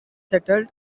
settlers